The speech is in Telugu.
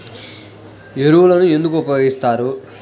ఎరువులను ఎందుకు ఉపయోగిస్తారు?